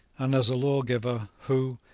and as a lawgiver who,